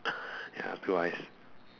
ya blue eyes